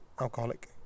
alcoholic